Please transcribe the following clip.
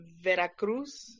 Veracruz